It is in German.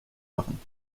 machen